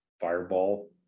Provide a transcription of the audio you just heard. fireball